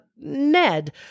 Ned